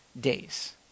days